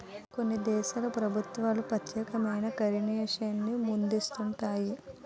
కొన్ని దేశాల ప్రభుత్వాలు ప్రత్యేకమైన కరెన్సీని ముద్రిస్తుంటాయి